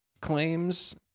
claims